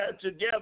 together